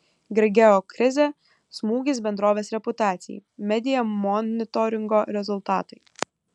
grigeo krizė smūgis bendrovės reputacijai media monitoringo rezultatai